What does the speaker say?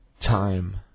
time